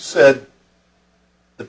said the